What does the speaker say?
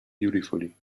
beautifully